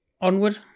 Onward